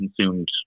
consumed